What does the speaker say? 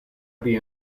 pri